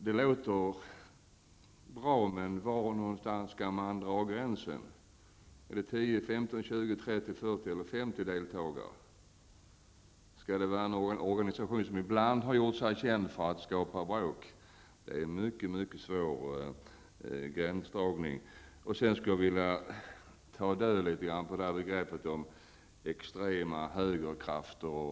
Det låter bra, men var någonstans skall man dra gränsen? Är det vid 10, 15, 20, 30, 40 eller 50 deltagare? Skall det vara om det gäller en organisation som har gjort sig känd för att ibland skapa bråk? Det är en mycket mycket svår gränsdragning. Sedan skulle jag vilja ta död på talet om högerextremister och extrema högerkrafter.